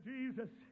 Jesus